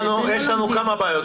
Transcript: יש לנו כמה בעיות.